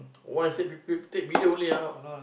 what I say p~ take video only ah